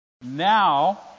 Now